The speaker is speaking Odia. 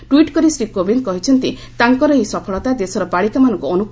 ଟ୍ୱିଟ୍ କରି ଶ୍ରୀ କୋବିନ୍ଦ୍ କହିଛନ୍ତି ତାଙ୍କର ଏହି ସଫଳତା ଦେଶର ବାଳିକାମାନଙ୍କୁ ଅନୁପ୍ରାଣିତ କରିବ